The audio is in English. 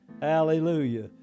Hallelujah